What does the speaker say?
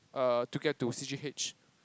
err to get to c_g_h